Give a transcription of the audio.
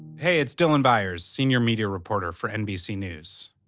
hey, it's dylan byers, senior media reporter for nbc news.